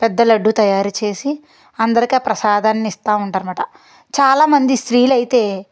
పెద్ద లడ్డు తయారు చేసి అందరికి ఆ ప్రసాదాన్ని ఇస్తూ ఉంటారు అన్నమాట చాలామంది స్త్రీలైతే